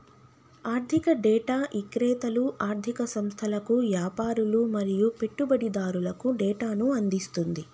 ఆర్ధిక డేటా ఇక్రేతలు ఆర్ధిక సంస్థలకు, యాపారులు మరియు పెట్టుబడిదారులకు డేటాను అందిస్తుంది